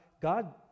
God